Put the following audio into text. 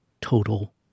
total